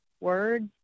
words